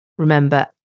remember